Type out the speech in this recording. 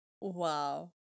Wow